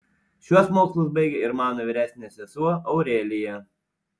šiuos mokslus baigė ir mano vyresnė sesuo aurelija